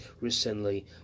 recently